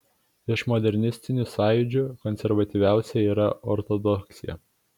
iš modernistinių sąjūdžių konservatyviausia yra ortodoksija